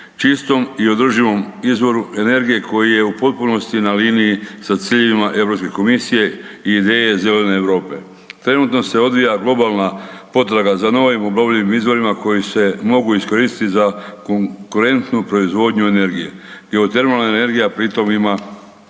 čistom i održivom izvoru energije koji je u potpunosti na liniji sa ciljevima Europske komisije i ideje zelene Europe. Trenutno se odvija globalna potraga za novim obnovljivim izvorima koji se mogu iskoristiti za konkurentnu proizvodnju energije. Geotermalna energija pri tom ima